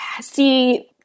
see